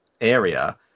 area